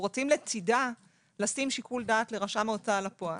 רוצים לצידה לשים שיקול דעת לרשם ההוצאה לפועל.